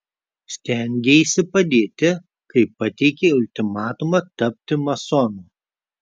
stengeisi padėti kai pateikei ultimatumą tapti masonu